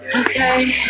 okay